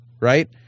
right